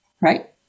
Right